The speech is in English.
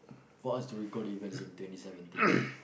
for us to recall the events in twenty seventeen